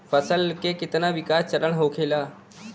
फसल के कितना विकास चरण होखेला?